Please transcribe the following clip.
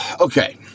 okay